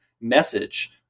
message